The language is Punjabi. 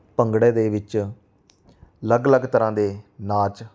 ਭੰਗੜੇ ਦੇ ਵਿੱਚ ਅਲੱਗ ਅਲੱਗ ਤਰ੍ਹਾਂ ਦੇ ਨਾਚ